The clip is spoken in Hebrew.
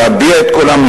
להביע את קולם,